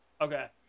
Okay